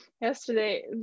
yesterday